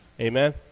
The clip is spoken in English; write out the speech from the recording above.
Amen